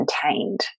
contained